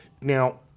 Now